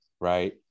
right